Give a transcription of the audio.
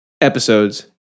episodes